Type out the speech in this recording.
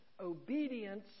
Obedience